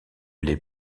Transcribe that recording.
les